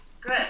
Good